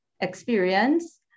experience